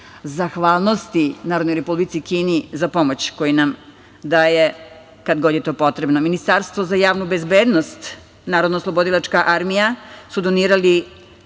zahvalnosti Narodnoj Republici Kini za pomoć koju nam daje kad god je to potrebno. Ministarstvo za javnu bezbednost, narodnooslobodilačka armija su donirali